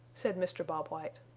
said mr. bob white,